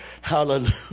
Hallelujah